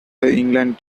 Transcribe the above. england